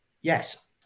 yes